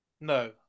No